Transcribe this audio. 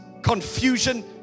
Confusion